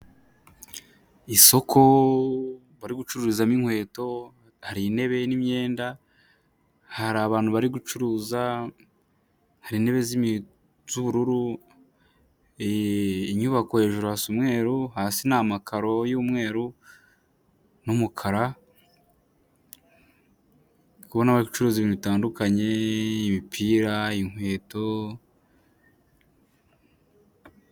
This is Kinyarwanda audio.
Isoko bari gucururizamo inkweto hari intebe n'imyenda, hari abantu bari gucuruza, hari intebe z'ubururu. Inyubako hejuru hasa umweru hasi n'amakaro y'umweru n'umukara, ndi kubona bari gucuruza ibintu bitandukanye imipira, inkweto.